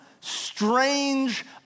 strange